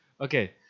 Okay